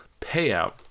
payout